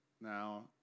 now